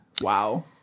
Wow